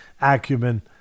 acumen